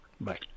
Bye